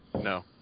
No